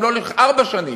גם לא לארבע שנים.